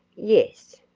yes.